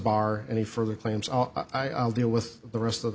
bar any further claims i'll deal with the rest of the